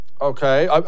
Okay